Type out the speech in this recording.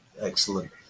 Excellent